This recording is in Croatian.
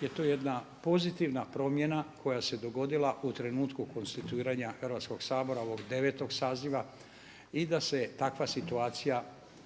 je to jedna pozitivna promjena koja se dogodila u trenutku konstituiranja Hrvatskog sabora, ovog 9. saziva i da se takva situacija nije